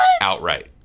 outright